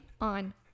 on